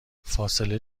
فاصله